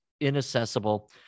inaccessible